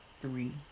three